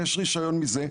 לבקש רישיון מזה.